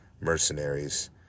mercenaries